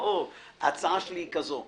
ההצעה שלי היא כזו,